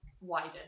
wider